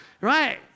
Right